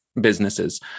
businesses